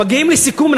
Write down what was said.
מגיעים לסיכום.